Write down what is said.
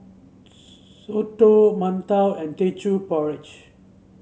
soto mantou and Teochew Porridge